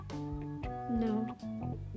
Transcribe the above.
No